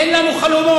אין לנו חלומות,